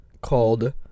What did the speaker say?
called